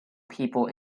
people